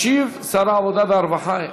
ישיב שר העבודה והרווחה,